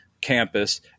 campus